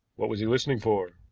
what was he listening for?